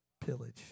pillage